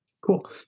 Cool